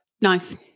Nice